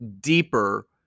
deeper